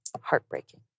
heartbreaking